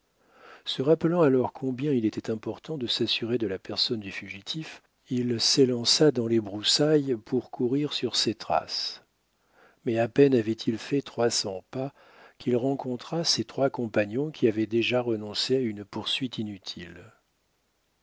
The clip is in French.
se rappelant alors combien il était important de s'assurer de la personne du fugitif il s'élança dans les broussailles pour courir sur ses traces mais à peine avait-il fait trois cents pas qu'il rencontra ses trois compagnons qui avaient déjà renoncé à une poursuite inutile